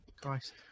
Christ